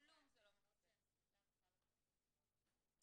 -- רוב התאונות שהן שריטה בכלל לא פונים לחברת הביטוח.